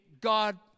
God